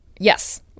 Yes